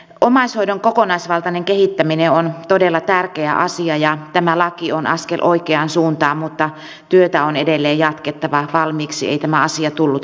omaishoidon kokonaisvaltainen kehittäminen on todella tärkeä asia ja tämä laki on askel oikeaan suuntaan mutta työtä on edelleen jatkettava valmiiksi ei tämä asia tullut vieläkään